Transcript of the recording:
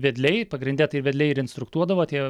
vedliai pagrinde tai vedliai ir instruktuodavo tie